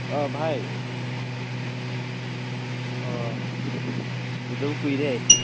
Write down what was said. ꯚꯥꯏ ꯎꯗꯕ ꯀꯨꯏꯔꯦ